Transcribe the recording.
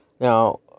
Now